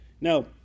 Now